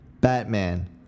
Batman